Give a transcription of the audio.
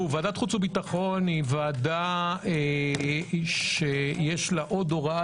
ועדת החוץ והביטחון יש לה עוד הוראה